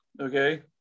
okay